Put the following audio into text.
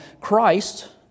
Christ